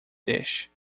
dish